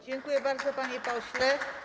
Dziękuję bardzo, panie pośle.